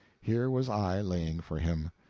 here was i laying for him.